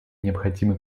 необходимы